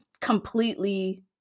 completely